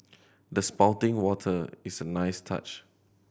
the spouting water is a nice touch